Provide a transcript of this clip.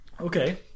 Okay